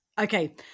Okay